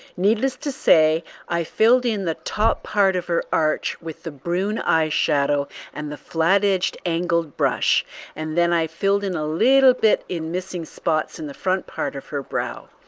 needless to say i filled in the top part of her arch with the brun eyeshadow and the flat edged angled brush and then i filled in a little bit in missing spots in the front part of her brow.